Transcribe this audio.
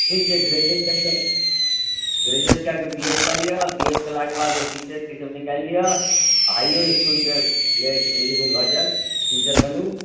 ठीक छै ग्रेजुएट कए कऽ ग्रेजुएट कए कऽ बी एड कऽ लिअ ग्रेजुएट कयलाके बात सी टेट ईसभ निकालि लिअ हाइओ इस्कुलके लेल एलिजिबल भऽ जायब टीचर बनू